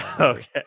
Okay